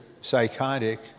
psychotic